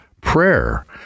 prayer